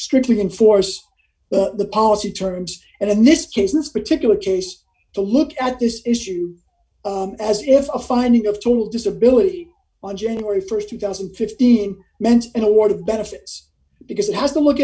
strictly enforce the policy terms and in this case this particular case to look at this issue as if a finding of total disability on january st two thousand and fifteen meant an award of benefits because it has to look